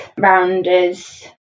rounders